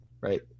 Right